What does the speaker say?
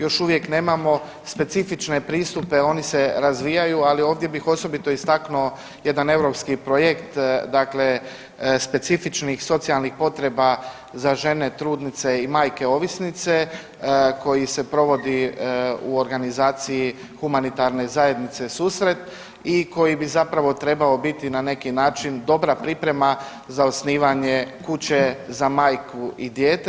Još uvijek nemamo specifične pristupe, oni se razvijaju ali ovdje bih osobito istaknuo jedan europski projekt dakle specifičnih socijalnih potreba za žene trudnice i majke ovisnice koji se provodi u organizacije Humanitarne zajednice Susret i koji bi zapravo trebao biti na neki način dobra priprema za osnivanje kuće za majku i dijete.